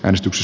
äänestys